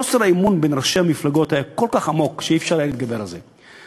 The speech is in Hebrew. חוסר האמון בין ראשי המפלגות היה כל כך עמוק שלא היה אפשר להתגבר על זה.